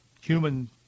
human